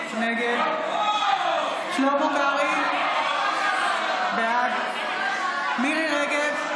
נגד שלמה קרעי, בעד מירי מרים רגב,